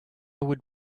would